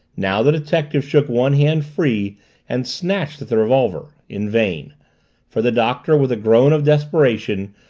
now the detective shook one hand free and snatched at the revolver in vain for the doctor, with a groan of desperation,